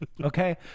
okay